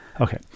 Okay